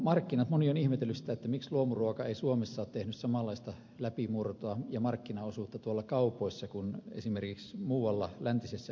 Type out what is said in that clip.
moni on ihmetellyt sitä miksi luomuruoka ei suomessa ole tehnyt samanlaista läpimurtoa ja markkinaosuutta tuolla kaupoissa kuin esimerkiksi muualla läntisessä euroopassa